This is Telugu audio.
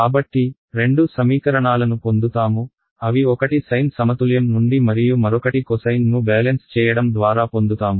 కాబట్టి రెండు సమీకరణాలను పొందుతాము అవి ఒకటి సైన్ సమతుల్యం నుండి మరియు మరొకటి కొసైన్ను బ్యాలెన్స్ చేయడం ద్వారా పొందుతాము